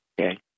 Okay